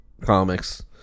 comics